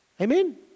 Amen